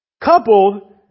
Coupled